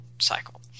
cycle